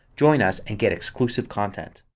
join us, and get exclusive content.